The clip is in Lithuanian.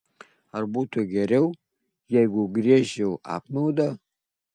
ar būtų geriau jeigu giežčiau apmaudą